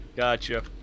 Gotcha